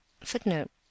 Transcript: footnote